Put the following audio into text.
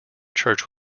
church